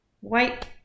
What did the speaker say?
white